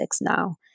now